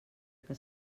que